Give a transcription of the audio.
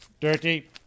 Dirty